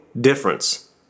difference